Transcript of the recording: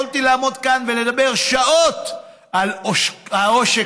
יכולתי לעמוד כאן ולדבר שעות על העושק